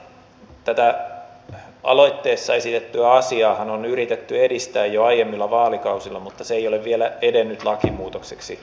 tätä aloitteessa esitettyä asiaahan on nyt yritetty edistää jo aiemmilla vaalikausilla mutta se ei ole vielä edennyt lakimuutokseksi asti